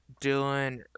Dylan